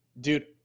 Dude